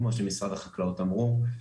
כמו שמשרד החקלאות אמרו,